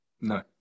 No